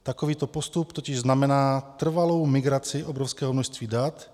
Takovýto postup totiž znamená trvalou migraci obrovského množství dat.